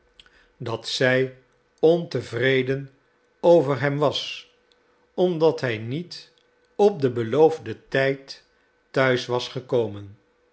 dat zij ontevreden over hem was omdat hij niet op den beloofden tijd te huis was gekomen